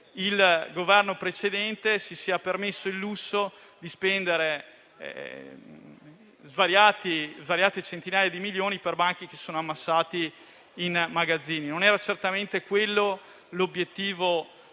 il Governo precedente si sia permesso il lusso di spendere svariate centinaia di milioni per banchi che ora sono ammassati nei magazzini. Non era certamente quello l'obiettivo